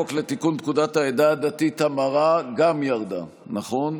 לתיקון פקודת העדה הדתית (המרה) ירדה, נכון?